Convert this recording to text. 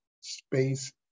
space